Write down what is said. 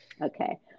Okay